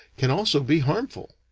can also be harmful.